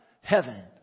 Heaven